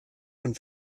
von